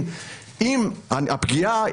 מצביע.